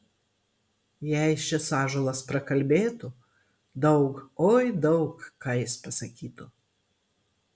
jei šis ąžuolas prakalbėtų daug oi daug ką jis pasakytų